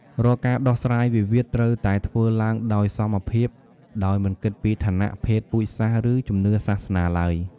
រាល់ការដោះស្រាយវិវាទ ត្រូវតែធ្វើឡើងដោយសមភាព ដោយមិនគិតពីឋានៈ ភេទ ពូជសាសន៍ ឬជំនឿសាសនាឡើយ។